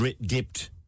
dipped